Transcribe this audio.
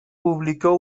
publicó